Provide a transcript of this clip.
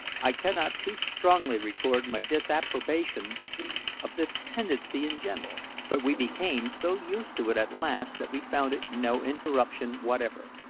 i cannot too strongly record my disapprobation of this tendency in general but we became so used to it at last that we found it no interruption whatever.